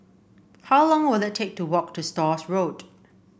how long will it take to walk to Stores Road